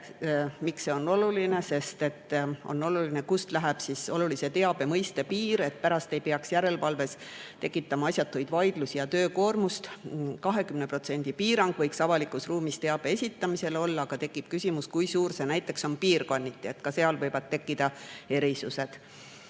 Miks see on oluline? On oluline, kust läheb olulise teabe mõiste piir, et pärast ei peaks järelevalves tekitama asjatuid vaidlusi ja töökoormust. 20% piirang võiks avalikus ruumis teabe esitamisel olla, aga tekib küsimus, kui suur see on piirkonniti, ka seal võivad tekkida erisused.